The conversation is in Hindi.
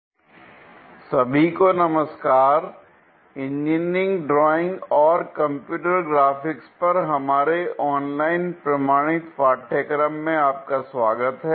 ऑर्थोग्राफिक प्रोजेक्शन II पार्ट 3 सभी को नमस्कार l इंजीनियरिंग ड्राइंग और कंप्यूटर ग्राफिक्स पर हमारे ऑनलाइन प्रमाणित पाठ्यक्रम में आपका स्वागत है